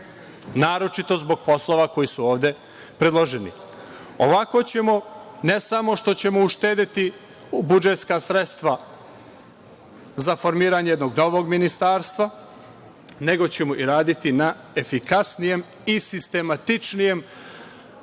naročito zbog poslova koji su ovde predloženi? Ovako ne samo što ćemo uštedeti budžetska sredstva za formiranje jednog novog ministarstva, nego ćemo i raditi na efikasnijem i sistematičnijem